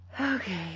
Okay